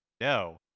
no